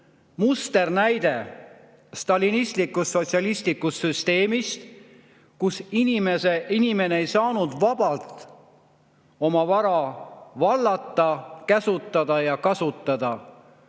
musternäide stalinistlikust, sotsialistlikust süsteemist, kus inimene ei saanud vabalt oma vara vallata, käsutada ja kasutada.